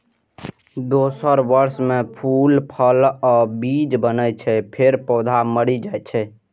दोसर वर्ष मे फूल, फल आ बीज बनै छै, फेर पौधा मरि जाइ छै